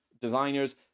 designers